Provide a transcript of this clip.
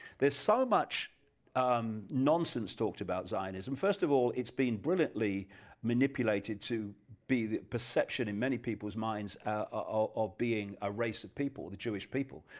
there is so much um nonsense talked about zionism, first of all it's been brilliantly manipulated to be the perception in many people's minds of being a race of people, the jewish people.